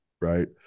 right